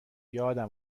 یادم